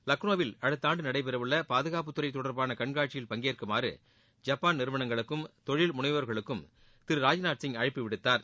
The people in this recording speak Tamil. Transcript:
லக்ளோவில் அடுத்த ஆண்டு நடைபெறவுள்ள பாதுகாப்புத்துறை தொடர்பான கண்காட்சியில் பங்கேற்குமாறு ஜப்பான் நிறுவனங்களுக்கும் தொழில்முளைவோர்களுக்கும் திரு ராஜ்நாத் சிங் அழைப்பு விடுத்தார்